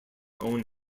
own